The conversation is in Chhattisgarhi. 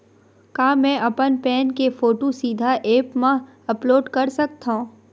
का मैं अपन पैन के फोटू सीधा ऐप मा अपलोड कर सकथव?